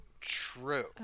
True